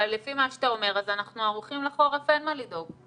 לפי מה שאתה אומר אז אנחנו ערוכים לחורף ואין מה לדאוג.